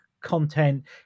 content